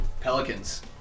pelicans